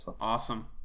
Awesome